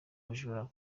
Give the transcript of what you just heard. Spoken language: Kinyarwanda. bujura